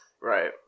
Right